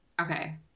Okay